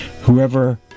whoever